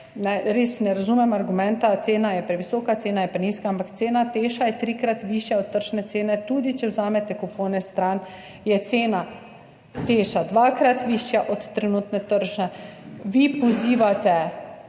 Res ne razumem argumenta, cena je previsoka, cena je prenizka, ampak cena Teša je trikrat višja od tržne cene, tudi če vzamete stran kupone, je cena Teša dvakrat višja od trenutne tržne. Vi pozivate